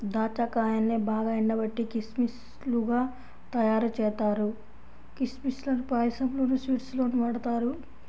దాచ్చా కాయల్నే బాగా ఎండబెట్టి కిస్మిస్ లుగా తయ్యారుజేత్తారు, కిస్మిస్ లను పాయసంలోనూ, స్వీట్స్ లోనూ వాడతారు